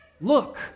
look